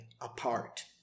apart